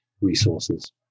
resources